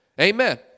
Amen